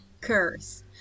Curse